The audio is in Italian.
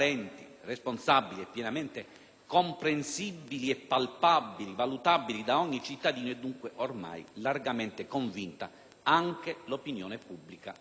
comprensibili e palpabili, valutabili da ogni cittadino è, dunque, ormai largamente convinta anche l'opinione pubblica nazionale. E questo è un primo fatto.